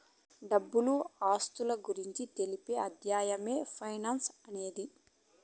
డబ్బు ఆస్తుల గురించి తెలిపే అధ్యయనమే ఫైనాన్స్ అనేది